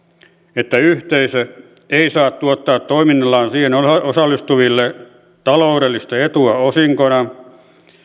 että yhteisö ei saa tuottaa toiminnallaan siihen osallistuville taloudellista etua osinkona